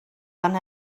fan